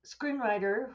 screenwriter